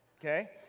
okay